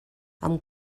amb